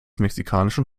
mexikanischen